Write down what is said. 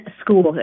school